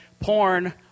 porn